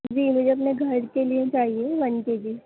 جی مجھے اپنے گھر کے لیے چاہیے ون کے جی